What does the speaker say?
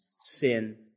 sin